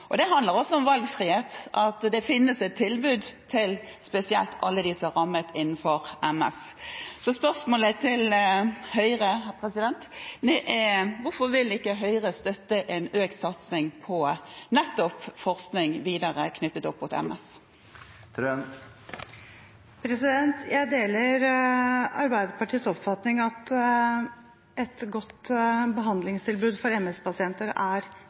tilbudet. Det handler også om valgfrihet – at det finnes et tilbud spesielt til alle dem som er rammet av MS. Så spørsmålet til Høyre er: Hvorfor vil ikke Høyre støtte en økt satsing nettopp på videre forskning knyttet til MS? Jeg deler Arbeiderpartiets oppfatning av at et godt behandlingstilbud for MS-pasienter er